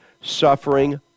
suffering